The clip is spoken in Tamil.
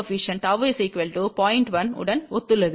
1 உடன் ஒத்துள்ளது